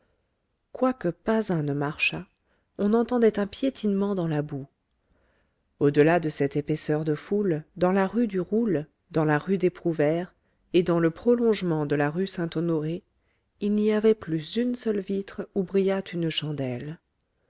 quoique pas un ne marchât on entendait un piétinement dans la boue au-delà de cette épaisseur de foule dans la rue du roule dans la rue des prouvaires et dans le prolongement de la rue saint-honoré il n'y avait plus une seule vitre où brillât une chandelle